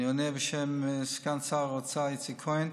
אני עונה בשם סגן שר האוצר איציק כהן.